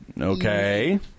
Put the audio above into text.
Okay